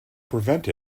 prevent